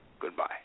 Goodbye